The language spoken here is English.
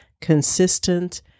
consistent